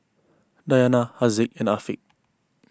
Dayana Haziq and Afiq